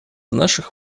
наших